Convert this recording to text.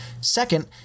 Second